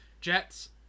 Jets